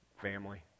family